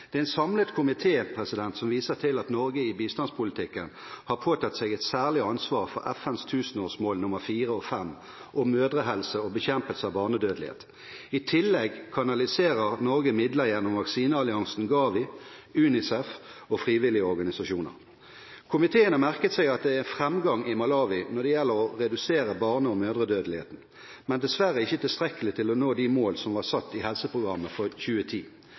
Det er en samlet komité som viser til at Norge i bistandspolitikken har påtatt seg et særlig ansvar for FNs tusenårsmål nr. 4 og 5 om mødrehelse og bekjempelse av barnedødelighet. I tillegg kanaliserer Norge midler gjennom vaksinealliansen GAVI, UNICEF og frivillige organisasjoner. Komiteen har merket seg at det er framgang i Malawi når det gjelder å redusere barne- og mødredødeligheten, men dessverre ikke tilstrekkelig til å nå de mål som var satt i helseprogrammet for 2010.